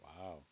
Wow